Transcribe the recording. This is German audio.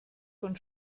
von